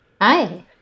Hi